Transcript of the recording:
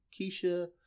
Keisha